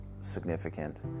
significant